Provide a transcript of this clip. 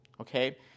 Okay